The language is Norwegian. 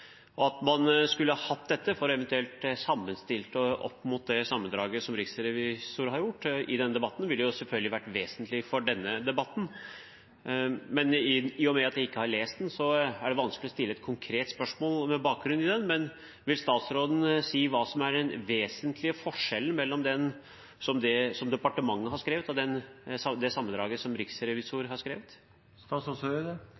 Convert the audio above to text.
og at man hadde hatt dette for eventuelt å sammenstille det opp mot det sammendraget som riksrevisoren har gjort, i denne debatten, ville selvfølgelig vært vesentlig for denne debatten. Men i og med at jeg ikke har lest det, er det vanskelig å stille et konkret spørsmål med bakgrunn i det, men vil statsråden si hva som er den vesentlige forskjellen mellom det som departementet har skrevet, og det sammendraget som